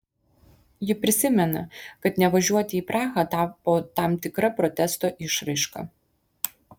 ji prisimena kad nevažiuoti į prahą tapo tam tikra protesto išraiška